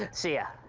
ah see ya.